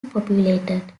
populated